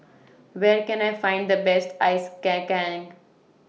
Where Can I Find The Best Ice Kacang